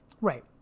Right